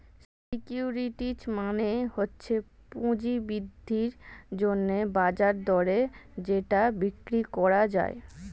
securities মানে হচ্ছে পুঁজি বৃদ্ধির জন্যে বাজার দরে যেটা বিক্রি করা যায়